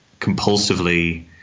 compulsively